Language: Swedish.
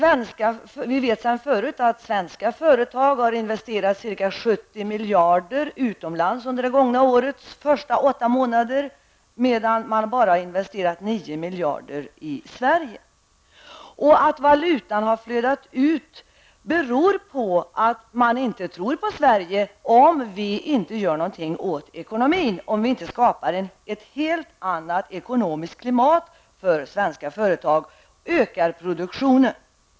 Vi vet sedan förut att svenska företag har investerat ca 70 miljarder utomlands under det gångna årets första åtta månader, medan man bara har investerat 9 miljarder i Sverige. Att valutan har flödat ut beror på att man inte tror på Sverige om vi inte gör någonting åt ekonomin, om vi inte skapar ett helt annat ekonomiskt klimat för svenska företag -- och ökar produktionen.